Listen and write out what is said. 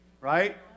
Right